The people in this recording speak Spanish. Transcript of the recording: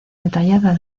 detallada